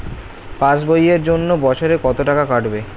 Pass বইয়ের জন্য বছরে কত টাকা কাটবে?